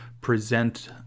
present